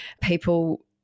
people